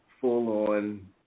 full-on